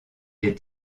est